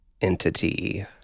entity